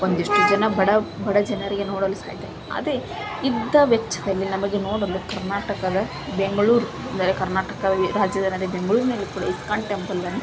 ಒಂದಿಷ್ಟು ಜನ ಬಡ ಬಡ ಜನರಿಗೆ ನೋಡಲು ಸಾಧ್ಯ ಅದೇ ಇದ್ದ ವೆಚ್ಚದಲ್ಲಿ ನಮಗೆ ನೋಡಲು ಕರ್ನಾಟಕದ ಬೆಂಗಳೂರು ಅಂದರೆ ಕರ್ನಾಟಕದ ರಾಜಧಾನಿಯಾದ ಬೆಂಗಳೂರಿನಲ್ಲಿ ಕೂಡ ಇಸ್ಕಾನ್ ಟೆಂಪಲನ್ನು